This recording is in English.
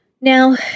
now